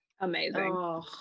Amazing